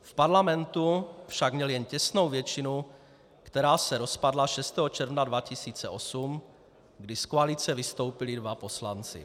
V parlamentu však měl jen těsnou většinu, která se rozpadla 6. června 2008, kdy z koalice vystoupili dva poslanci.